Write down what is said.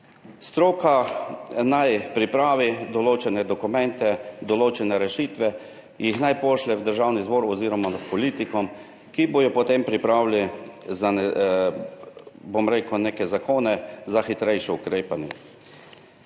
Stroka naj pripravi določene dokumente, določene rešitve in jih naj pošlje v Državni zbor oziroma politikom, ki bodo potem pripravili neke zakone za hitrejše ukrepanje.